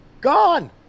gone